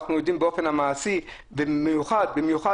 אנחנו יודעים באופן מעשי שבמיוחד במיוחד